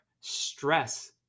stress